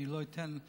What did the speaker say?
אני לא אתן,